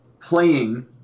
playing